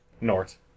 North